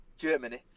Germany